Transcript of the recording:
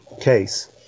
case